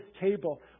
table